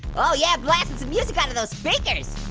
oh yeah blasting some music out of those speakers.